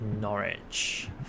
Norwich